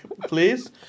Please